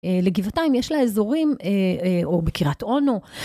לגבעתיים אם יש לה אזורים, או בקרית אונו.